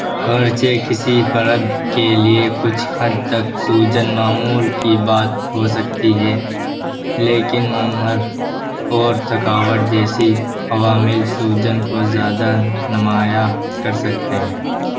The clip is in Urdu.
اگرچہ کسی فرد کے لیے کچھ حد تک سوجن معمول کی بات ہو سکتی ہے لیکن عمر اور تھکاوٹ جیسی عوامل سوجن کو زیادہ نمایاں کر سکتے ہیں